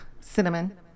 cinnamon